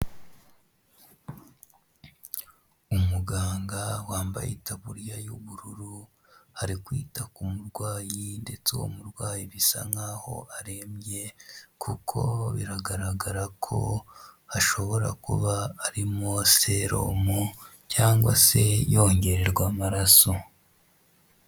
Umuganga wambaye itaburiya y'ubururu ari kwita ku murwayi ndetse uwo murwayi bisa nkaho arembye kuko biragaragara ko hashobora kuba arimo serumo cyangwa se yongererwa amaraso.